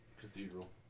Cathedral